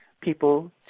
people